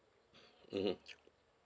mmhmm